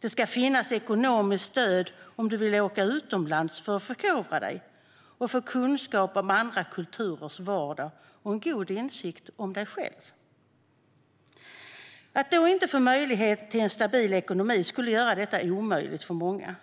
Det ska finnas ekonomiskt stöd om man vill åka utomlands för att förkovra sig och få kunskap om andra kulturers vardag och en god insikt om sig själv. Att inte få möjlighet till en stabil ekonomi skulle göra detta omöjligt för många.